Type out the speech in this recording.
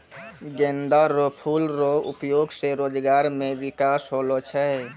गेंदा रो फूल रो उपयोग से रोजगार मे बिकास होलो छै